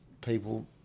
people